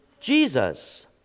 Jesus